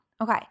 Okay